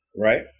right